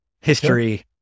history